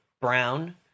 brown